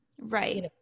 Right